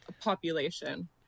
population